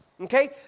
Okay